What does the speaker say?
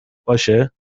باشه